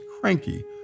cranky